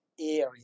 area